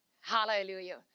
Hallelujah